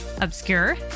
Obscure